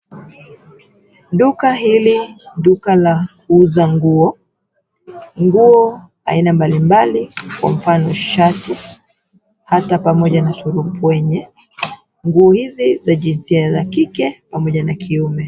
Duka hili duka la kuuza nguo. Nguo aina mbalimbali kwa mfano shati hata pamoja na surupwenye. Nguo hizi za jinsia ya kike pamoja na kiume.